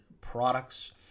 products